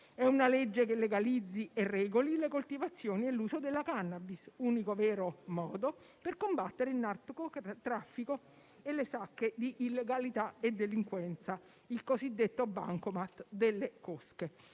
e una legge che legalizzi e regoli le coltivazioni e l'uso della cannabis, unico vero modo per combattere il narcotraffico e le sacche di illegalità e delinquenza (il cosiddetto bancomat delle cosche).